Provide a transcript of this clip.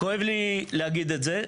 כואב לי להגיד את זה,